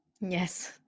yes